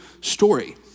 story